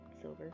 silver